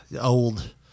Old